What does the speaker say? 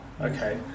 okay